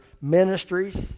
ministries